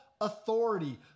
authority